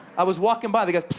i was walking by. the guy